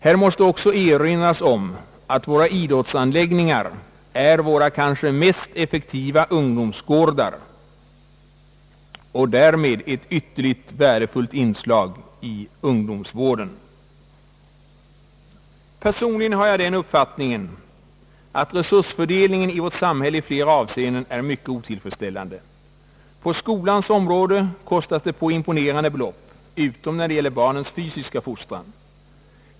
Här måste också erinras om att våra idrottsanläggningar är våra kanske mest effektiva ungdomsgårdar och därmed ett ytterligt värdefullt inslag i ungdomsvården. Personligen har jag den uppfattning en att resursfördelningen i vårt samhälle i flera avseenden är mycket otillfredsställande. På skolans område kostas det på imponerande belopp, utom när det gäller barnens fysiska fostran.